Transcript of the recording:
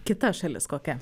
kita šalis kokia